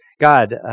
God